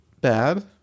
bad